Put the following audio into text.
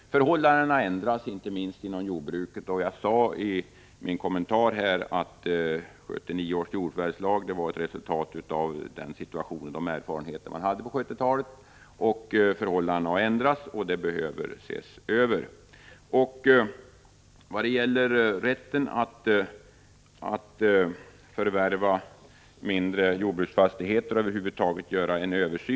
Jag sade i min kommentar att 1979 års jordförvärvslag var ett resultat av den situation som förelåg och de erfarenheter man hade i slutet av 1970-talet. Förhållandena har nu ändrats, och lagen behöver ses över, t.ex. vad gäller rätten att förvärva mindre jordbruksfastigheter.